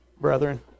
brethren